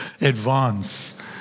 advance